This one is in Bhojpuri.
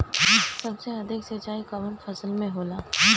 सबसे अधिक सिंचाई कवन फसल में होला?